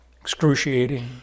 excruciating